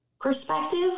perspective